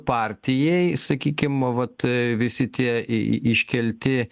partijai sakykim vat visi tie į iškelti